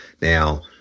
Now